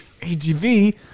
AGV